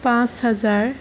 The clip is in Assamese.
পাঁচ হেজাৰ